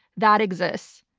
that exists.